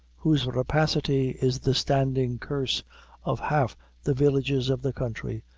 whose rapacity is the standing curse of half the villages of the country,